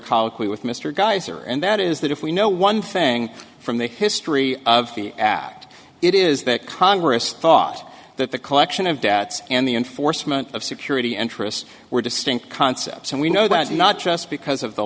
colloquy with mr geyser and that is that if we know one thing from the history of the act it is that congress thought that the collection of debts and the enforcement of security interests were distinct concepts and we know that not just because of the